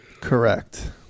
Correct